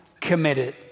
committed